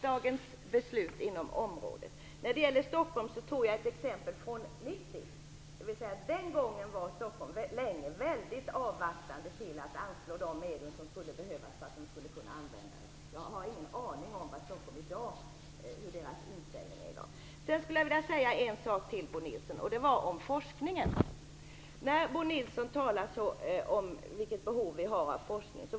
Den gången var Stockholm länge väldigt avvaktande till att anslå de medel som kunde behövas för att man skulle kunna använda FoB 90. Jag har ingen aning vilken Stockholms inställning är i dag. Bo Nilsson talade om vilket behov vi har av forskning.